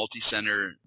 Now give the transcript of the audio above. multicenter